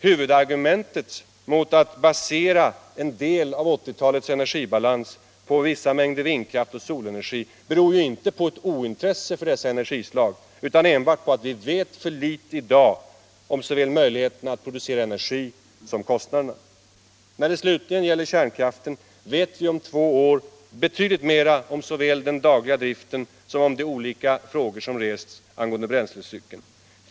Huvudargumentet mot att basera en del av 1980-talets energibalans på vissa mängder vindkraft och solenergi är inte något ointresse för dessa energislag, utan enbart att vi i dag vet alldeles för litet såväl om möjligheterna att på detta sätt producera energi som om kostnaderna för det. När det gäller kärnkraften vet vi om två år betydligt mer om såväl den dagliga driften av aggregaten som de olika frågor som rests angående bränslecykeln.